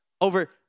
over